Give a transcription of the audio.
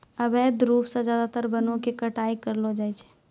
अवैध रूप सॅ ज्यादातर वनों के कटाई करलो जाय छै